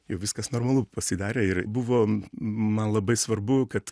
jau viskas normalu pasidarė ir buvo man labai svarbu kad